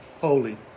Holy